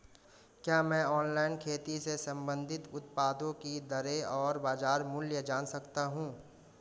क्या मैं ऑनलाइन खेती से संबंधित उत्पादों की दरें और बाज़ार मूल्य जान सकता हूँ?